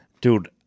dude